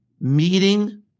Meeting